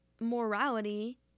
morality